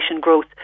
growth